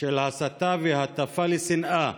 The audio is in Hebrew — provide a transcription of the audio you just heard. של הסתה והטפה לשנאה